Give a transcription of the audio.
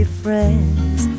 friends